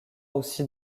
aussi